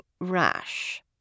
rash